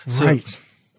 Right